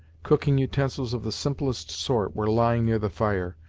cooking utensils of the simplest sort were lying near the fire,